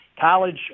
college